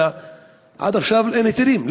עד עכשיו אין היתרים.